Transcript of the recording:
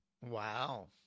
Wow